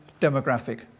demographic